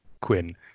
Quinn